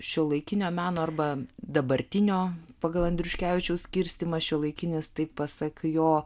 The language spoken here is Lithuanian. šiuolaikinio meno arba dabartinio pagal andriuškevičiaus skirstymą šiuolaikinis tai pasak jo